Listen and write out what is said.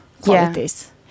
qualities